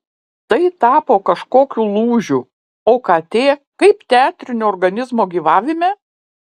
tai tapo kažkokiu lūžiu okt kaip teatrinio organizmo gyvavime